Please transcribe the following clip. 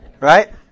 Right